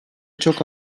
çok